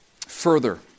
further